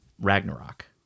Ragnarok